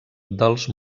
dels